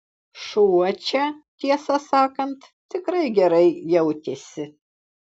šuo čia tiesą sakant tikrai gerai jautėsi